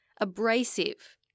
abrasive